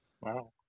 Wow